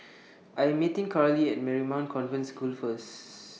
I'm meeting Karli At Marymount Convent School First